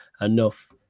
enough